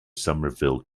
somerville